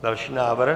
Další návrh.